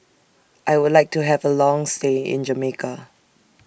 I Would like to Have A Long stay in Jamaica